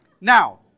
Now